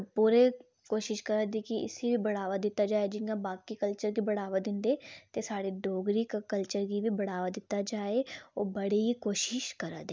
पूरे कोशिश करै दे कि इसी बी बढ़ावा दित्ता जाए जियां बाकी कल्चर गी बढ़ावा दिंदे ते साह्ड़े डोगरी कल्चर गी बी बढ़ावा दित्ता जाए ओह् बड़ी कोशिश करै दे न